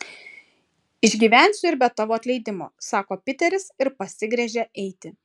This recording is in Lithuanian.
išgyvensiu ir be tavo atleidimo sako piteris ir pasigręžia eiti